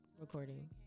recording